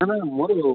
ନା ନା ମୋର